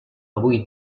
avui